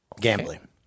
gambling